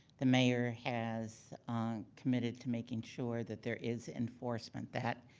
the mayor has committed to making sure that there is enforcement that.